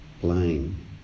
blame